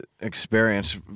experience